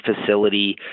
facility